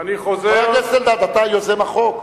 חבר הכנסת אלדד, אתה יוזם החוק?